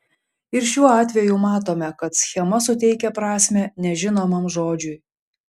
ir šiuo atveju matome kad schema suteikia prasmę nežinomam žodžiui